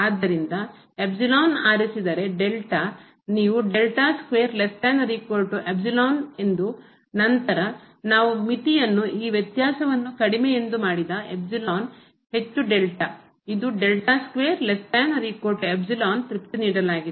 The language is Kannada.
ಆದ್ದರಿಂದ ಆರಿಸಿದರೆ ನೀವು ಎಂದು ನಂತರ ನಾವು ಮಿತಿಯನ್ನು ಈ ವ್ಯತ್ಯಾಸವನ್ನು ಕಡಿಮೆ ಎಂದು ಮಾಡಿದ ಹೆಚ್ಚು ಇದು ತೃಪ್ತಿನೀಡಲಾಗಿದೆ